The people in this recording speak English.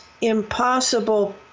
impossible